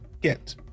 Get